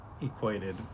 equated